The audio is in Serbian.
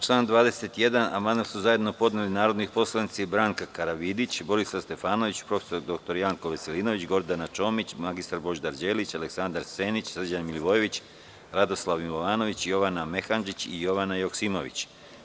Na član 21. amandman su zajedno podneli narodni poslanici Branka Karavidić, Borislav Stefanović, prof. dr Janko Veselinović, Gordana Čomić, mr Božidar Đelić, Aleksandar Senić, Srđan Milivojević, Radoslav Milovanović, Jovana Mehandžić i Jovana Joksimović.